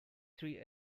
three